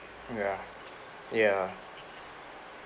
ya ya